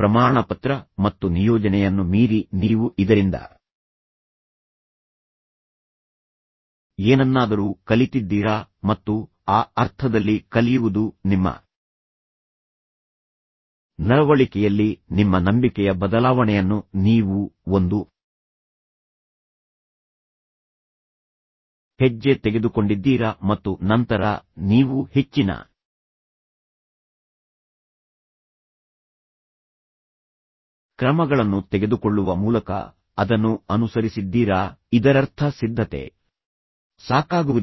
ಪ್ರಮಾಣಪತ್ರ ಮತ್ತು ನಿಯೋಜನೆಯನ್ನು ಮೀರಿ ನೀವು ಇದರಿಂದ ಏನನ್ನಾದರೂ ಕಲಿತಿದ್ದೀರಾ ಮತ್ತು ಆ ಅರ್ಥದಲ್ಲಿ ಕಲಿಯುವುದು ನಿಮ್ಮ ನಡವಳಿಕೆಯಲ್ಲಿ ನಿಮ್ಮ ನಂಬಿಕೆಯ ಬದಲಾವಣೆಯನ್ನು ನೀವು ಒಂದು ಹೆಜ್ಜೆ ತೆಗೆದುಕೊಂಡಿದ್ದೀರಾ ಮತ್ತು ನಂತರ ನೀವು ಹೆಚ್ಚಿನ ಕ್ರಮಗಳನ್ನು ತೆಗೆದುಕೊಳ್ಳುವ ಮೂಲಕ ಅದನ್ನು ಅನುಸರಿಸಿದ್ದೀರಾ ಇದರರ್ಥ ಸಿದ್ಧತೆ ಸಾಕಾಗುವುದಿಲ್ಲ